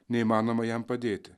neįmanoma jam padėti